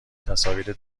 تصاویر